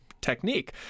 Technique